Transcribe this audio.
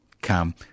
come